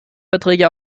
verträge